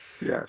Yes